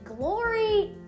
Glory